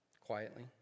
Quietly